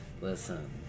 Listen